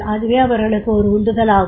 அதுவே அவர்களுக்கு ஒரு உந்துதல் ஆகும்